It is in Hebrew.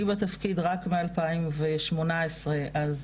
אני בתפקיד רק מ-2018 אז